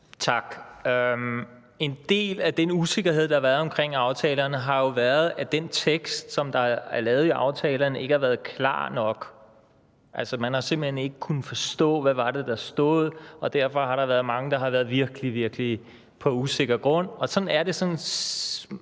Tak. En del af den usikkerhed, der har været omkring aftalerne, har jo været, at den tekst, som der er lavet i aftalerne, ikke har været klar nok. Altså, man har simpelt hen ikke kunnet forstå, hvad det var, der stod, og derfor har der været mange, der har været på virkelig, virkelig usikker grund, og sådan er det stadig